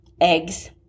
eggs